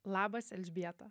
labas elžbieta